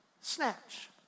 snatch